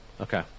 okay